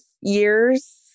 years